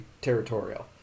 territorial